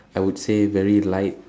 I would say very light